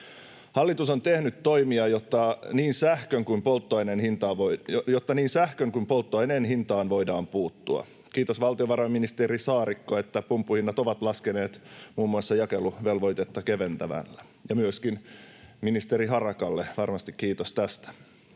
Hallitus on tehnyt toimia, jotta niin sähkön kuin polttoaineen hintaan voidaan puuttua. Kiitos valtiovarainministeri Saarikko, että pumppuhinnat ovat laskeneet muun muassa jakeluvelvoitetta keventämällä, ja myöskin ministeri Harakalle varmasti kiitos tästä.